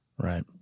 Right